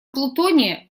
плутония